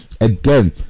again